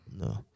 no